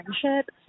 friendship